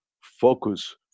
focus